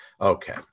okay